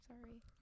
sorry